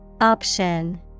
Option